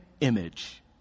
image